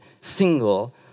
single